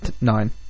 nine